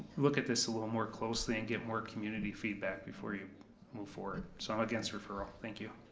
look at this a little more closely and get more community feedback before you move forward. so i'm against referral, thank you.